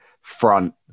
front